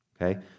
Okay